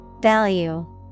Value